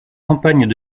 campagnes